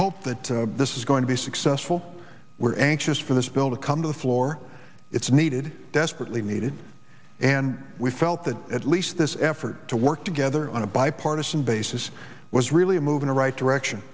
hope that this is going to be successful we're anxious for this bill to come to the floor it's needed desperately needed and we felt that at least this effort to work together on a bipartisan basis was really moving right direction